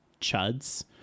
chuds